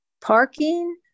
Parking